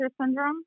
syndrome